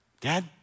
Dad